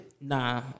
Nah